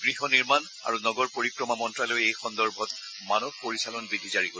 গৃহ নিৰ্মাণ আৰু নগৰ পৰিক্ৰমা মন্ত্যালয়ে এই সন্দৰ্ভত মানক পৰিচালন বিধি জাৰি কৰিব